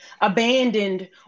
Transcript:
Abandoned